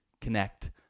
connect